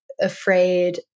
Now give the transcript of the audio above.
afraid